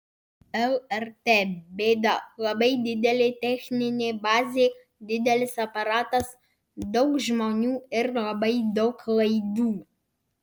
lrt bėda labai didelė techninė bazė didelis aparatas daug žmonių ir labai daug laidų